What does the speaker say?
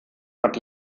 hat